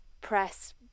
press